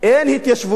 אין התיישבות.